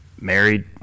married